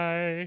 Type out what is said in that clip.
Bye